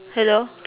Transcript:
hello